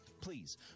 please